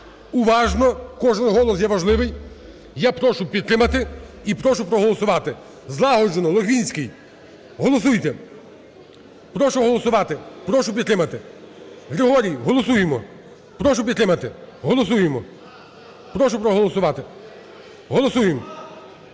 уважно, кожен голос є важливий. Я прошу підтримати і прошу проголосувати злагоджено, Логвинський, голосуйте. Прошу голосувати, прошу підтримати. Григорій, голосуємо. Прошу підтримати, голосуємо, прошу проголосувати, голосуємо.